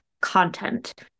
content